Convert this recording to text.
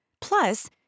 Plus